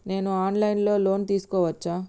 నేను online లో loan తీసుకోవచ్చా?